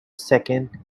second